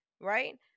right